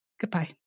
Goodbye